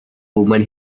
woman